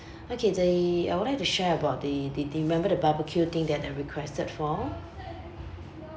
okay the I would like to share about the the the you remember the barbecue thing that I requested for